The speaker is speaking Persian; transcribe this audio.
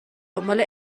دنبال